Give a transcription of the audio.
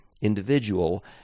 individual